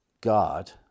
god